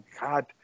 God